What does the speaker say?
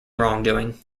wrongdoing